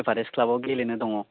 Everest क्लाबाव गेलेनो दङ